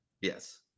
Yes